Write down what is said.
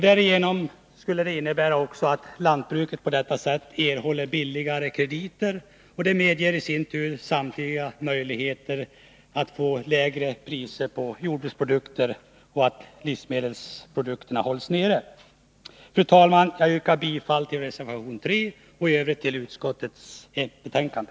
Därigenom skulle lantbruket erhålla billigare krediter. Det medger i sin tur samtidigt möjligheter till lägre priser på jordbruksprodukter och livsmedel. Fru talman! Jag yrkar bifall till reservation 3 och i övrigt till hemställan i utskottets betänkande.